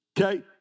Okay